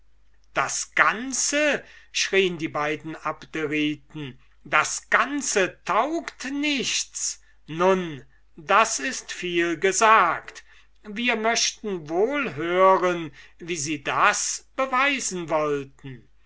das ganze schrien die beiden abderiten das ganze taugt nichts nun das ist viel gesagt wir möchten wohl hören wie sie das beweisen wollten